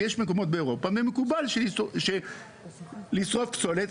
יש מקומות באירופה מקובל לשרוף פסולת,